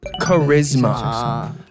Charisma